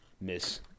Miss